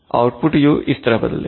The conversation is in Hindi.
आउटपुट u इस तरह बदलेगा